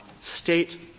state